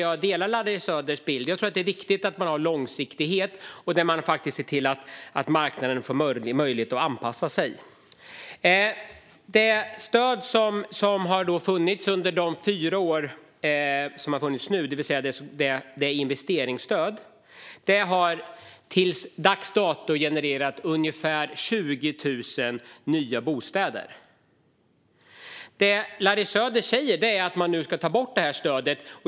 Jag delar Larry Söders bild - jag tror att det är viktigt att man har långsiktighet och ser till att marknaden får möjlighet att anpassa sig. Det investeringsstöd som har funnits under de senaste fyra åren har till dags dato genererat ungefär 20 000 nya bostäder. Det Larry Söder säger är att man nu ska ta bort det stödet.